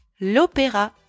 L'opéra